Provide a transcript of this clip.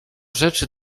rzeczy